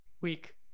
week